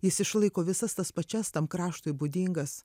jis išlaiko visas tas pačias tam kraštui būdingas